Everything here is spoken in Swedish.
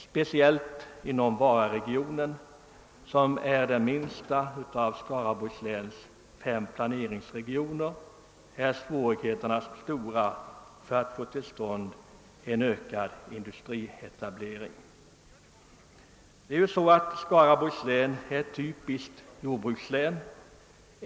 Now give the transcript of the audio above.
Speciellt inom Vararegionen, som är den minsta av Skaraborgs läns fem planeringsregioner, är svårigheterna stora att få till stånd en ökad industrietablering. Skaraborgs län är ett typiskt jordbrukslän.